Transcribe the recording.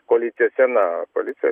koalicijos sena koalicija